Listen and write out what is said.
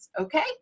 Okay